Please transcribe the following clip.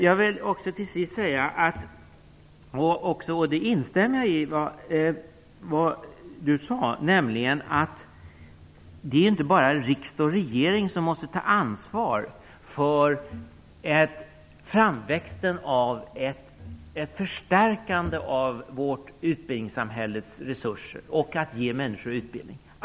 Jag vill också till sist säga, och jag instämmer i det Andreas Carlgren sade, att det inte bara är riksdag och regering som måste ta ansvar för förstärkandet av vårt utbildningssamhälles resurser och för att ge människor utbildning.